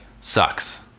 sucks